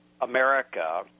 America